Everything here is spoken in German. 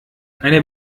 eine